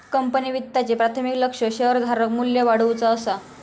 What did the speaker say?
company वित्ताचे प्राथमिक लक्ष्य शेअरधारक मू्ल्य वाढवुचा असा